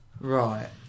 Right